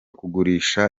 kugurisha